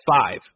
five